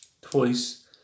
twice